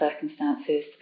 circumstances